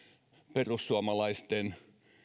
perussuomalaisten